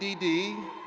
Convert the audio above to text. d. d,